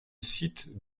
cite